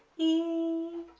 e,